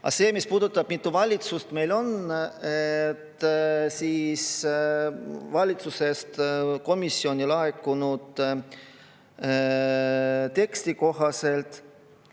Aga see, mis puudutab seda, mitu valitsust meil on, siis valitsusest komisjoni laekunud teksti kohaselt